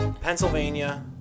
Pennsylvania